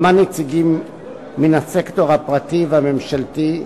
שמעה נציגים מהסקטור הפרטי והממשלתי,